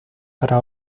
para